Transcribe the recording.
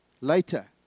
later